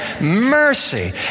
mercy